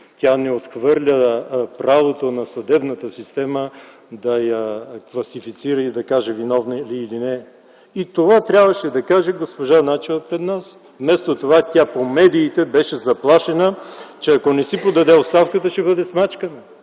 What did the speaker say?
Тя не отхвърля правото на съдебната система да я класифицира и да каже – виновна или не, и това трябваше да каже госпожа Начева пред нас. Вместо това, по медиите тя беше заплашена, че ако не си подаде оставката, ще бъде смачкана!